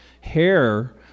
hair